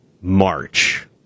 March